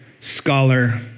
Scholar